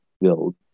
build